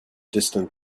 distant